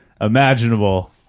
imaginable